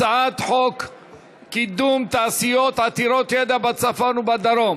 הצעת חוק קידום תעשיות עתירות ידע בצפון ובדרום